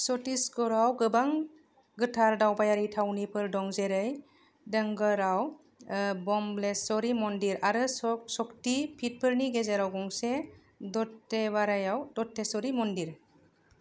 छत्तीसगढ़आव गोबां गोथार दावबायारि थावनिफोर दं जेरै डोंगरगढ़आव बमब्लेसरि मन्दिर आरो शक शक्ति पीठफोरनि गेजेराव गंसे दतेवाड़ायाव दतेश्वरी मन्दिर